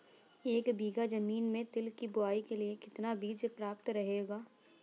एक बीघा ज़मीन में तिल की बुआई के लिए कितना बीज प्रयाप्त रहेगा?